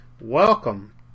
Welcome